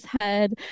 head